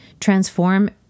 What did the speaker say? transform